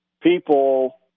people